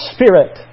Spirit